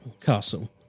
castle